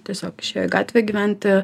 tiesiog išėjo į gatvę gyventi